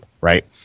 right